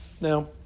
Now